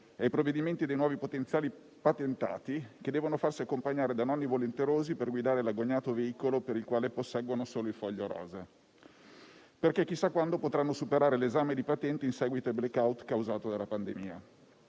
e ai provvedimenti dei nuovi potenziali patentati, che devono farsi accompagnare da nonni volenterosi per guidare l'agognato veicolo per il quale posseggono solo il foglio rosa, perché chissà quando potranno superare l'esame di patente in seguito al *blackout* causato dalla pandemia.